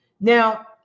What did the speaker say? Now